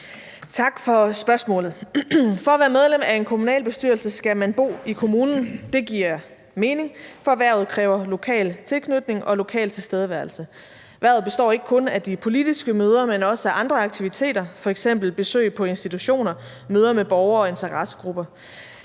Tak for spørgsmålet. For at være medlem af en kommunalbestyrelse skal man bo i kommunen, og det giver mening, for hvervet kræver lokal tilknytning og lokal tilstedeværelse. Hvervet består ikke kun af de politiske møder, men også af andre aktiviteter, f.eks. besøg på institutioner, møder med borgere og interessegrupper.